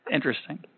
Interesting